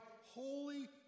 holy